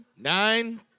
nine